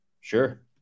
Sure